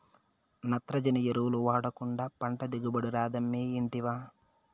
నత్రజని ఎరువులు వాడకుండా పంట దిగుబడి రాదమ్మీ ఇంటివా